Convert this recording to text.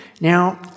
Now